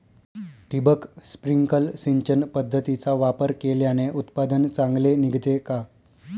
ठिबक, स्प्रिंकल सिंचन पद्धतीचा वापर केल्याने उत्पादन चांगले निघते का?